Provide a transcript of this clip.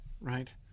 right